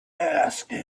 asked